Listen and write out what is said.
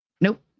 Nope